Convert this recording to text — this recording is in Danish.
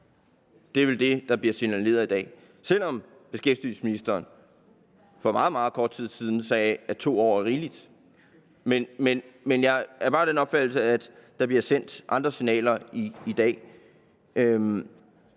Det er vel det, der bliver signaleret i dag, selv om beskæftigelsesministeren for meget, meget kort tid siden sagde, at 2 år er rigeligt. Men jeg er bare af den opfattelse, at der bliver sendt andre signaler i dag.